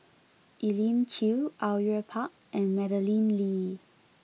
Elim Chew Au Yue Pak and Madeleine Lee